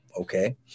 Okay